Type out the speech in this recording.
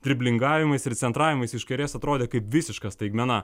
driblingavimais ir centravimais iš kairės atrodė kaip visiška staigmena